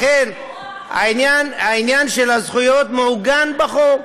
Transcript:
לכן, העניין של הזכויות מעוגן בחוק.